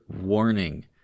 warning